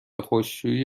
خشکشویی